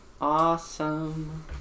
Awesome